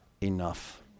enough